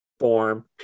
form